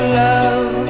love